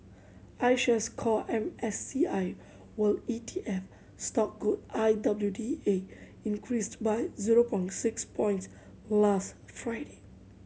iShares Core M S C I World E T F stock code I W D A increased by zero point six points last Friday